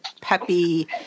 peppy